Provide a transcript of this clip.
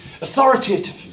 authoritative